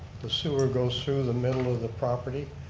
the sewer goes through the middle of the property.